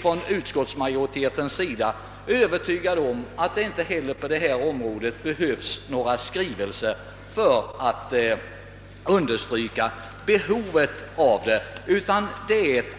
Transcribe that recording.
Statsutskottets majoritet — som jag tillhör — är övertygad om att det inte heller på detta område behövs några skrivelser för att understryka behovet av omskolning.